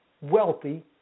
wealthy